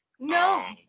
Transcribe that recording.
No